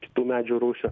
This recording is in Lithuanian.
kitų medžių rūšių